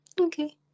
Okay